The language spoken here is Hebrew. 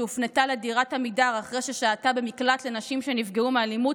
שהופנתה לדירת עמידר אחרי ששהתה במקלט לנשים שנפגעו מאלימות,